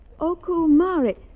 Okumari